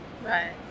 Right